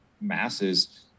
masses